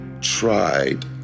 tried